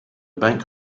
bank